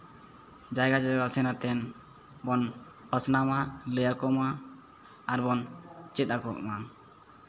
ᱡᱟᱭᱜᱟ ᱡᱟᱭᱜᱟ ᱥᱮᱱ ᱠᱟᱛᱮᱫ ᱵᱚᱱ ᱯᱟᱥᱱᱟᱣᱢᱟ ᱞᱟᱹᱭᱟᱠᱚᱢᱟ ᱟᱨᱵᱚᱱ ᱪᱮᱫ ᱟᱠᱚᱢᱟ